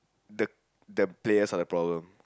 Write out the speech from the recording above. the the players are the problem